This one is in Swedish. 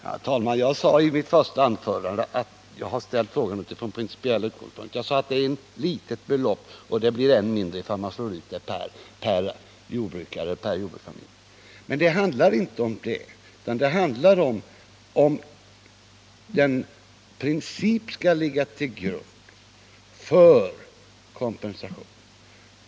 Herr talman! Jag sade i mitt första anförande att jag har ställt frågan utifrån principiella utgångspunkter. Jag sade också att det är ett litet belopp och att det blir än mindze om man slår ut det per jordbrukarfamilj. Men det handlar inte om detta, utan det handlar om den princip som skall ligga till grund för kompensationen.